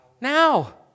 Now